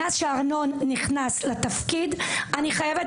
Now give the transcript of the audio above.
מאז שארנון נכנס לתפקיד אני חייבת